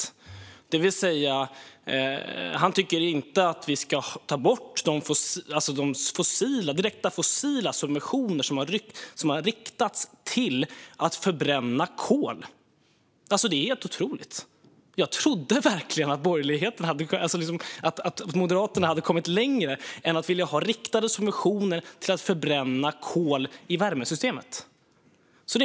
Han tycker alltså inte att vi ska ta bort de direkta fossila subventioner som har riktats till förbränning av kol. Det är helt otroligt. Jag trodde verkligen att Moderaterna hade kommit längre än att vilja ha riktade subventioner till att förbränna kol i värmesystemet.